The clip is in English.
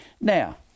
Now